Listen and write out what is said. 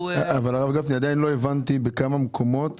עדיין לא הבנתי בכמה מקומות